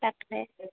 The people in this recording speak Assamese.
তাকে